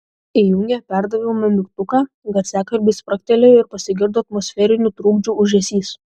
įjungė perdavimo mygtuką garsiakalbiai spragtelėjo ir pasigirdo atmosferinių trukdžių ūžesys